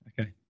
Okay